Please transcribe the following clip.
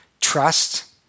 Trust